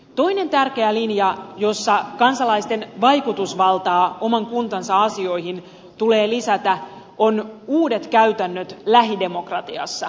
toinen tärkeä linja jossa kansalaisten vaikutusvaltaa oman kuntansa asioihin tulee lisätä ovat uudet käytännöt lähidemokratiassa